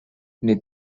nii